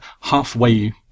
halfway